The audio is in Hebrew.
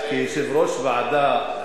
כיושב-ראש ועדה,